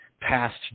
past